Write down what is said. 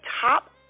top